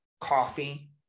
coffee